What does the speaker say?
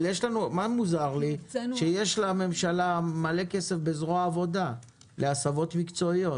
זה מוזר לי כי לממשלה יש הרבה כסף בזרוע העבודה להסבות מקצועיות.